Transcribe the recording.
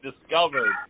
discovered